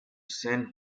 send